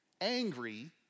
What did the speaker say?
angry